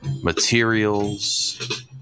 materials